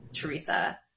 Teresa